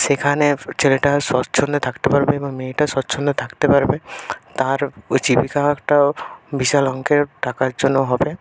সেখানে ছেলেটা স্বচ্ছন্দে থাকতে পারবে এবং মেয়েটা স্বচ্ছন্দে থাকতে পারবে তার ওই জীবিকাটা বিশাল অঙ্কের টাকার জন্য হবে